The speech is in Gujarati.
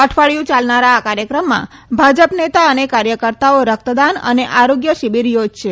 અઠવાડિયું યાલનારા આ કાર્યક્રમમાં ભાજપ નેતા અને કાર્યકર્તાઓ રક્તદાન અને આરોગ્ય શિબિર થોજશે